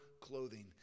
clothing